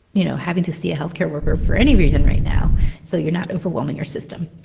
you know, having to see a health care worker for any reason right now so you're not overwhelming our system.